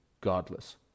godless